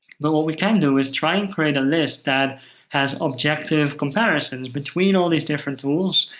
but what we can do is try and create a list that has objective comparisons between all these different tools,